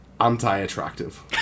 Anti-attractive